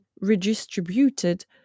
redistributed